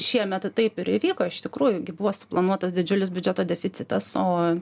šiemet taip ir įvyko iš tikrųjų gi buvo suplanuotas didžiulis biudžeto deficitas o